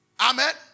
Amen